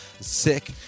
Sick